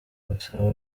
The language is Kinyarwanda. gusa